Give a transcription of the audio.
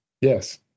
Yes